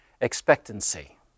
expectancy